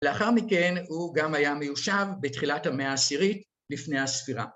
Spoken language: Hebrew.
‫לאחר מכן הוא גם היה מיושב ‫בתחילת המאה ה-10 לפני הספירה.